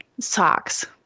socks